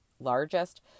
largest